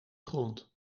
grond